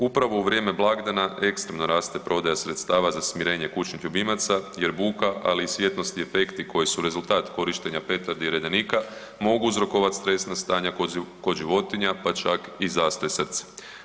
Upravo u vrijeme blagdana ekstremno raste prodaja sredstava za smirenje kućnih ljubimaca jer buka, ali i svjetlosni efekti koji su rezultat korištenja petardi i redenika mogu uzrokovat stresna stanja kod životinja, pa čak i zastoj srca.